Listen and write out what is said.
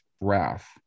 wrath